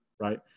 right